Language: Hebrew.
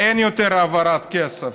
אין יותר העברת כסף.